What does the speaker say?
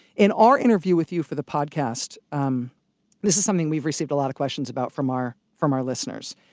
in our interview with you for the podcast um this is something we've received a lot of questions about from our from our listeners